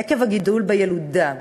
עקב הגידול בילודה,